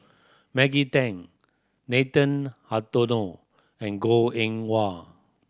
Maggie Teng Nathan Hartono and Goh Eng Wah